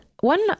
one